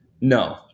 No